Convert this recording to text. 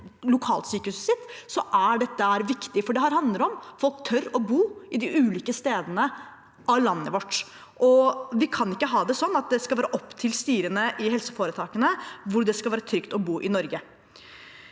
sitt, er dette viktig, for dette handler om at man tør å bo på ulike steder i landet vårt. Vi kan ikke ha det sånn at det skal være opp til styrene i helseforetakene hvor det skal være trygt å bo i Norge.